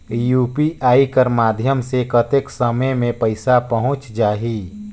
UPI कर माध्यम से कतेक समय मे पइसा पहुंच जाहि?